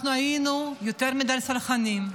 אנחנו היינו יותר מדי סלחנים,